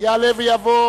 יעלה ויבוא